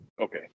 Okay